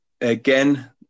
again